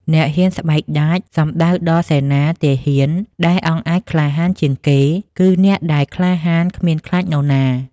អ្នកហ៊ានស្បែកដាច សំដៅដល់សេនា ទាហានដែលអង់អាចក្លាហានជាងគេ គឺអ្នកដែលក្លាហានគ្មានខ្លាចនរណា ។